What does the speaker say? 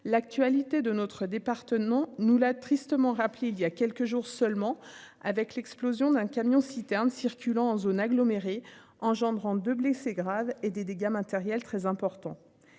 L'actualité de notre département nous l'a tristement rappelé il y a quelques jours seulement, avec l'explosion d'un camion-citerne circulant en zone agglomérée engendrant de blessés graves et des dégâts matériels très importants.